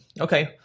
okay